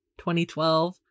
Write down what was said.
2012